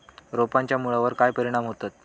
रोपांच्या मुळावर काय परिणाम होतत?